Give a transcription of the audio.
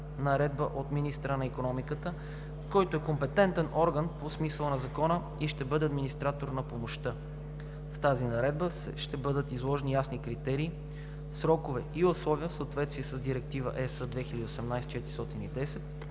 наредба от министъра на икономиката, който е компетентен орган по смисъла на закона и ще бъде администратор на помощта. С тази наредба ще бъдат заложени ясни критерии, срокове и условия в съответствие с Директивата (ЕС) 2018/410